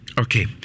okay